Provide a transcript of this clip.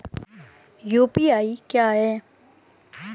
UPI क्या है?